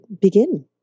begin